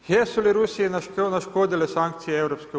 Jesu li Rusiji naškodile sankcije EU?